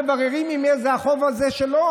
מבררים אם החוב הזה הוא שלו.